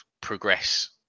progress